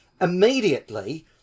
immediately